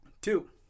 two